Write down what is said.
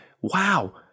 wow